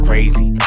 Crazy